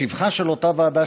לשבחה של אותה ועדה,